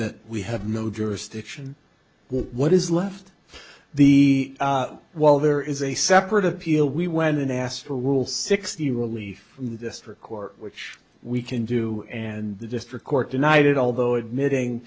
that we have no jurisdiction what is left of the while there is a separate appeal we went and asked for will sixty relief from the district court which we can do and the district court denied it although admitting